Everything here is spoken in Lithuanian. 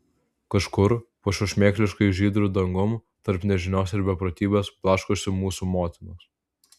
kažkur po šiuo šmėkliškai žydru dangum tarp nežinios ir beprotybės blaškosi mūsų motinos